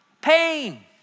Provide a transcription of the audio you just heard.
Pain